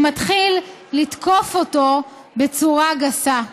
שמתחיל לתקוף אותו בצורה גסה.